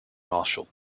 marshall